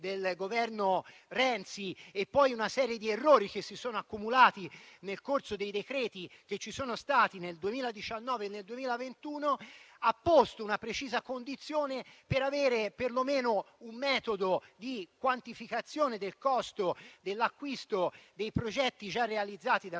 del Governo Renzi e poi per una serie di errori che si sono accumulati con i provvedimenti varati nel 2019 e nel 2021. È stata posta una precisa condizione per avere perlomeno un metodo di quantificazione del costo dell'acquisto dei progetti già realizzati